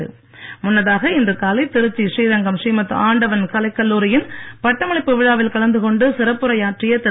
வெங்கையா நாயுடு முன்னதாக இன்று காலை திருச்சி ஸ்ரீரங்கம் ஸ்ரீமத் ஆண்டவன் கலைக் கல்லூரியின் பட்டமளிப்பு விழாவில் கலந்து கொண்டு சிறப்புரையாற்றிய திரு